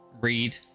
read